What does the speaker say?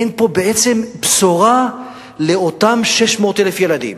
אין פה בעצם בשורה לאותם 600,000 ילדים